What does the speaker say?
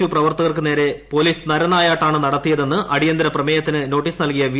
U പ്രവർത്തകർക്കു നേരെ police നരനായാട്ടാണ് നടത്തിയതെന്ന് അടിയന്തര പ്രമേയത്തിന് നോട്ടീസ് നൽകിയ വി